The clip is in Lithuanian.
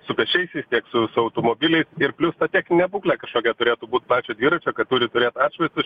su pėsčiaisiais tiek su su automobiliais ir plius ta techninė būklė kažkokia turėtų būt pačio dviračio kad turi atšvaitus